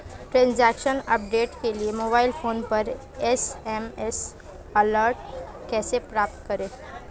Transaction update के लिए mobile phone पर एस.एम.एस अलर्ट कैसे प्राप्त करें?